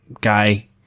guy